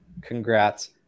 Congrats